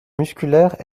musculaire